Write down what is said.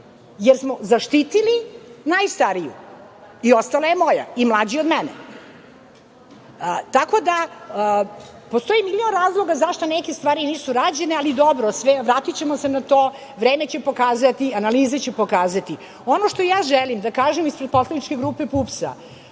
jer smo zaštitili najstariju i ostala je moja i mlađi od mene. Tako da, postoji milion razloga zašto neke stvari nisu rađene, ali dobro, vratićemo se na to, vreme će pokazati, analize će pokazati. Ono što ja želim da kažem ispred poslaničke grupe PUPS-a,